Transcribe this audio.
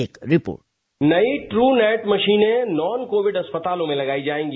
एक रिपोर्ट नयी ट्रूनेट मशीनें नॉन कोविड अस्पतालों में लगाई जायेंगी